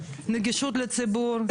נגישות לציבור,